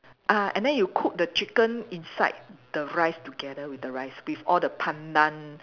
ah and then you cook the chicken inside the rice together with the rice with all the Pandan